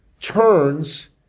turns